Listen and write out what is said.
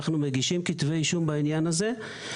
מגישים כתבי אישום בעניין הזה.